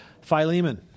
Philemon